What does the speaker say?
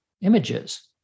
images